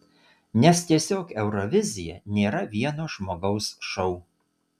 nes tiesiog eurovizija nėra vieno žmogaus šou